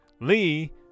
Lee